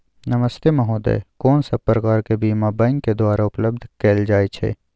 नमस्ते महोदय, कोन सब प्रकार के बीमा बैंक के द्वारा उपलब्ध कैल जाए छै?